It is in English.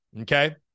okay